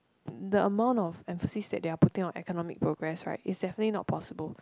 the amount of emphasis that they are putting on academic progress right it's definitely not possible